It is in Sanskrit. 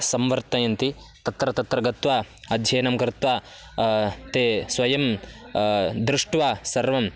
संवर्तयन्ति तत्र तत्र गत्वा अध्ययनं कृत्वा ते स्वयं दृष्ट्वा सर्वं